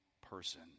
person